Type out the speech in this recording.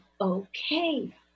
okay